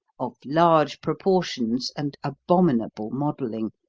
of large proportions and abominable modelling,